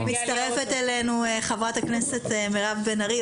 מצטרפת אלינו חה"כ מירב בן ארי,